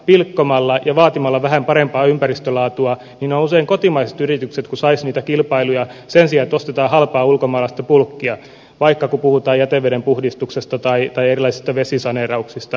pilkkomalla ja vaatimalla vähän parempaa ympäristölaatua usein kotimaiset yritykset saisivat niitä kilpailuja sen sijaan että ostetaan halpaa ulkomaalaista bulkkia vaikkapa jäteveden puhdistuksesta tai erilaisista vesisaneerauksista